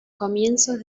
comienzos